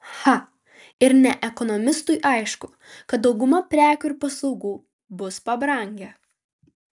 cha ir ne ekonomistui aišku kad dauguma prekių ir paslaugų bus pabrangę